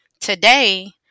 Today